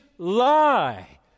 Lie